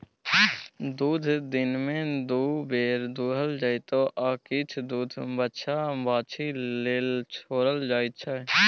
दुध दिनमे दु बेर दुहल जेतै आ किछ दुध बछ्छा बाछी लेल छोरल जाइ छै